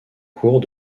cours